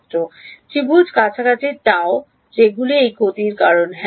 ছাত্র ত্রিভুজ কাছাকাছি Γ যেগুলি এই ক্ষতির কারণ